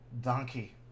donkey